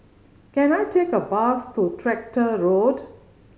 can I take a bus to Tractor Road